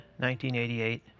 1988